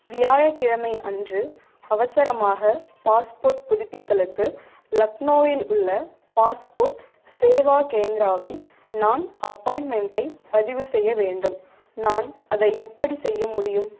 வியாழக்கிழமை அன்று அவசரமாக பாஸ்போர்ட் புதுப்பித்தலுக்கு லக்னோவில் உள்ள பாஸ்போர்ட் சேவா கேந்திராவில் நான் அப்பாயிண்ட்மெண்ட்டை பதிவு செய்ய வேண்டும் நான் அதை எப்படி செய்ய முடியும்